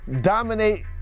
dominate